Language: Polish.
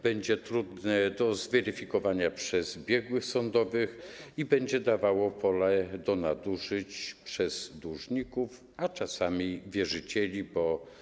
Będzie to trudne do zweryfikowania przez biegłych sądowych i będzie to dawało pole do nadużyć dłużnikom, a czasami wierzycielom.